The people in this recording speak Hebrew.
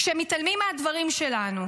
כשמתעלמים מהדברים שלנו,